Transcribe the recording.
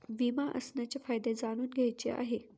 विमा असण्याचे फायदे जाणून घ्यायचे आहे